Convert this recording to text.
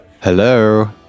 Hello